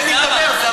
זה לא זה, זהבה.